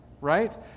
right